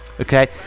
Okay